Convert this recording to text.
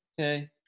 okay